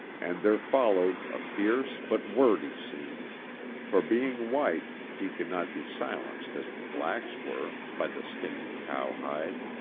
and there followed a fierce but wordy scene for, being white, he could not be silenced as the blacks were, by the stinging cowhide.